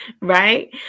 right